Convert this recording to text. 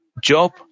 Job